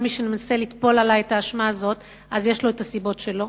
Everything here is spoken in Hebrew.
וכל מי שמנסה לטפול עלי את האשמה הזאת יש לו את הסיבות שלו.